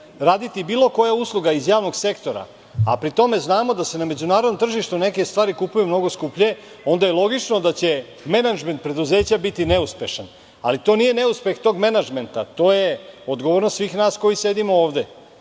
raditi bilo koja usluga iz javnog sektora, a pri tome znamo da se na međunarodnom tržištu neke stvari kupuju mnogo skuplje, onda je logično da će menadžment preduzeća biti neuspešan, ali to nije neuspeh tog menadžmenta, to je odgovornost svih nas koji sedimo